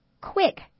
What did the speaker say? quick